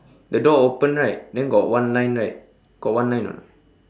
the door open right then got one line right got one line or not